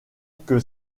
que